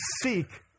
seek